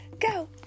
go